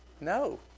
No